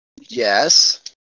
Yes